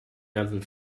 ganzen